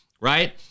right